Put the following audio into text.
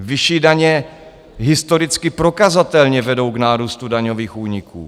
Vyšší daně historicky prokazatelně vedou k nárůstu daňových úniků.